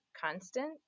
constant